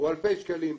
או אלפי שקלים,